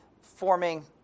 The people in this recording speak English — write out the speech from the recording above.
forming